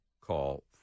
call